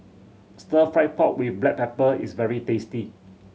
Stir Fry pork with black pepper is very tasty